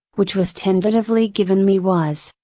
which was tentatively given me was,